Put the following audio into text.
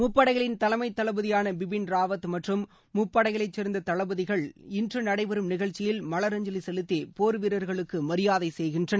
முப்பபடைகளின் தலைமை தளபதியான பிப்பின் ராவத் மற்றம் முப்படைகளைச் சேர்ந்த தளபதிகள் இன்று நடைபெறும் நிகழ்ச்சியில் மவரஞ்சலி செலுத்தி போர் வீரர்களுக்கு மியாதை செய்கின்றனர்